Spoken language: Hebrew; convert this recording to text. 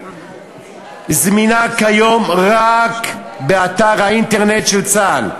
זמינה כיום רק באתר האינטרנט של צה"ל,